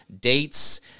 dates